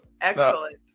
Excellent